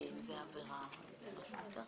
הסעיפים אושרו.